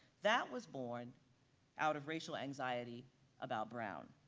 that was born out of racial anxiety about brown.